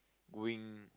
going